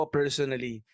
personally